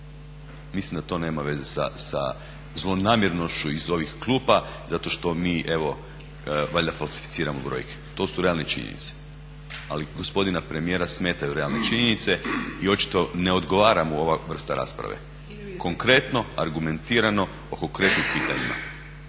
Mislim da to nema veze sa zlonamjernošću iz ovih klupa, zato što mi evo valjda falsificiramo brojke. To su realne činjenice. Ali gospodina premijera smetaju realne činjenice i očito ne odgovara mu ova vrsta rasprave. Konkretno, argumentirano o konkretnim pitanjima.